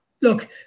Look